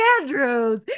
Andrews